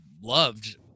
loved